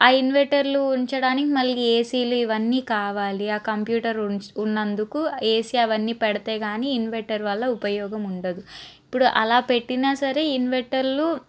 ఆ ఇన్వెటర్లు ఉంచడానికి మళ్లీ ఏసీలు ఇవన్నీ కావాలి ఆ కంప్యూటర్ ఉన్న ఉన్నందుకు ఏసి అవన్నీ పెడితే గాని ఇన్వెటర్ వల్ల ఉపయోగం ఉండదు ఇప్పుడు అలా పెట్టినా సరే ఇన్వెటర్లు